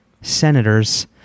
Senators